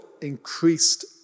increased